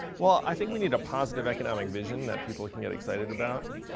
well, i think we need a positive economic vision that people can get excited about.